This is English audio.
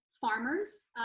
farmers